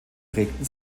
prägten